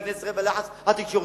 וכנסת ישראל בלחץ התקשורתי,